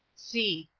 c.